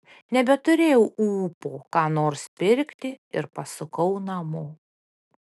nebeturėjau ūpo ką nors pirkti ir pasukau namo